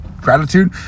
gratitude